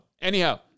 anyhow